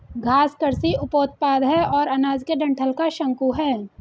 घास कृषि उपोत्पाद है और अनाज के डंठल का शंकु है